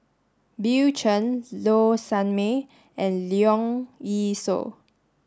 Bill Chen Low Sanmay and Leong Yee Soo